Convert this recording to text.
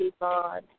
God